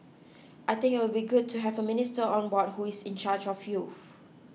I think it will be good to have a minister on board who is in charge of youth